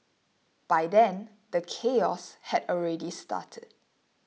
by then the chaos had already started